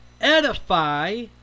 edify